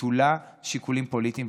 נטולת שיקולים פוליטיים,